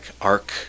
arc